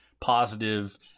positive